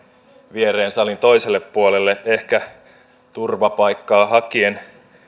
viereen salin toiselle puolelle ehkä turvapaikkaa hakien